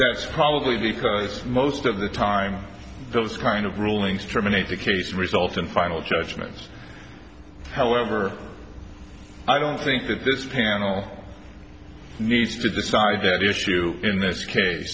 that's probably because most of the time those kind of rulings terminate the case result in final judgments however i don't think that this panel needs to decide that issue in this case